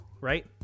right